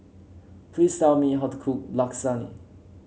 please tell me how to cook Lasagne